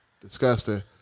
Disgusting